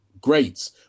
greats